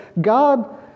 God